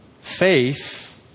Faith